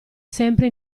sempre